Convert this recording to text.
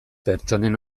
pertsonen